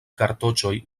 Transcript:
kartoĉoj